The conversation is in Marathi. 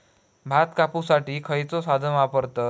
भात कापुसाठी खैयचो साधन वापरतत?